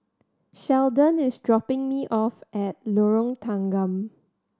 Sheldon is dropping me off at Lorong Tanggam